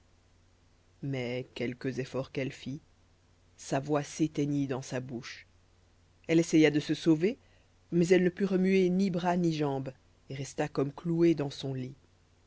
mais quelques efforts qu'elle fit sa voix s'éteignit dans sa bouche elle essaya de se sauver mais elle ne put remuer ni bras ni jambes et resta comme clouée dans son lit